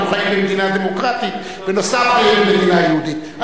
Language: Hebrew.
חיים במדינה דמוקרטית נוסף על מדינה יהודית.